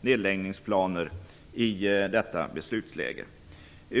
nedläggningsplaner i detta beslutsläge.